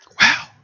Wow